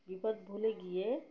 বিপদ ভুলে গিয়ে